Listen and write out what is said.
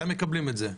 מתי מקבלים את זה?